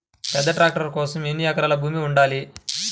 పెద్ద ట్రాక్టర్ కోసం ఎన్ని ఎకరాల భూమి ఉండాలి?